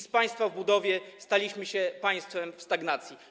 Z państwa w budowie staliśmy się państwem w stagnacji.